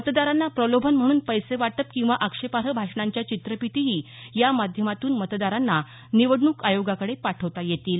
मतदारांना प्रलोभन म्हणून पैसे वाटप किंवा आक्षेपार्ह भाषणांच्या चित्रफीतीही या माध्यमातून मतदारांना निवडणूक आयोगाकडे पाठवता येतील